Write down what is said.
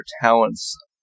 talents